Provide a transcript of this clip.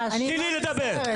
תני לי לדבר.